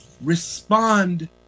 respond